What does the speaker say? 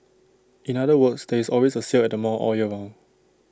in other words there is always A sale at the mall all year round